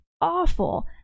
awful